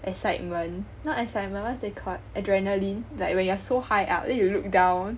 excitement not excitement what's it called adrenaline like when you are so high up then you look down